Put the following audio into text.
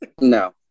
No